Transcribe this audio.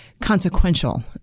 consequential